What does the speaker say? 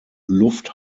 luft